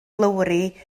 lowri